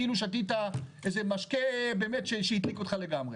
כאילו שתית משקה שבאמת הדליק אותך לגמרי.